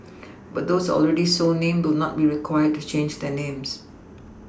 but those already so named will not be required to change their names